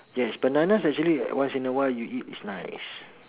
yes bananas actually once in a while you eat is nice